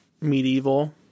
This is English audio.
medieval